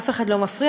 אף אחד לא מפריע,